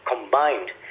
Combined